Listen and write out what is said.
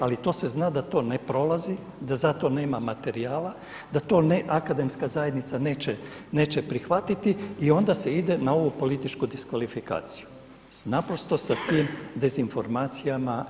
Ali to se zna da to ne prolazi, da za to nema materijala, da to akademska zajednica neće prihvatiti i onda se ide na ovu političku diskvalifikaciju naprosto sa tim dezinformacijama.